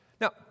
now